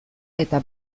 eta